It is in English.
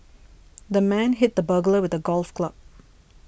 the man hit the burglar with a golf club